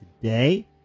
today